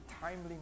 timely